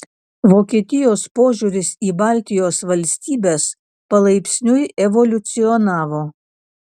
vokietijos požiūris į baltijos valstybes palaipsniui evoliucionavo